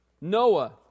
Noah